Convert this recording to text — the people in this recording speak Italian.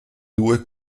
due